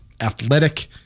athletic